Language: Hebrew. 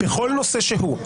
צאי, בבקשה.